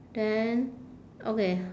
then okay